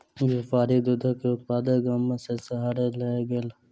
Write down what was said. व्यापारी दूधक उत्पाद गाम सॅ शहर लय गेल